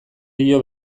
dio